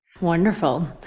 Wonderful